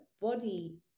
body